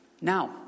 Now